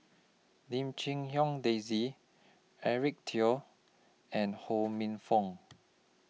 Lim Chim Hong Daisy Eric Teo and Ho Minfong